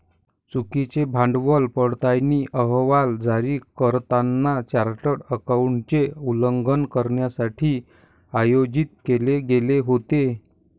चुकीचे भांडवल पडताळणी अहवाल जारी करताना चार्टर्ड अकाउंटंटचे उल्लंघन करण्यासाठी आयोजित केले गेले होते